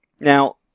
Now